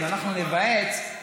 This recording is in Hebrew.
אנחנו ניוועץ,